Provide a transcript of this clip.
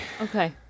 Okay